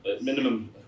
minimum